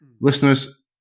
Listeners